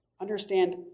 understand